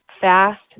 Fast